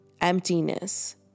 emptiness